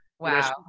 Wow